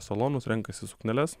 salonus renkasi sukneles